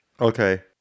Okay